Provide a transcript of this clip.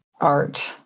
art